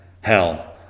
Hell